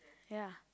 ya